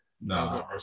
No